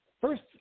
first